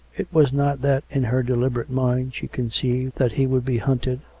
it was not that in her deliberate mind she conceived that he would be hunted,